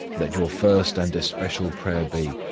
let your first and especial prayer be,